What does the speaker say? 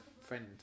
friend